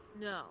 No